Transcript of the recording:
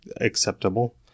acceptable